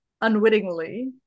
unwittingly